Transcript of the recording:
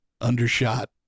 undershot